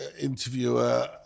interviewer